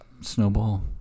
snowball